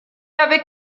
avait